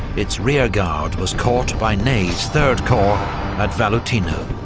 its rearguard was caught by ney's third corps at valutino,